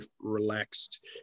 relaxed